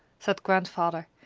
said grandfather.